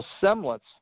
semblance